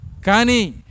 Kani